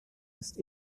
ist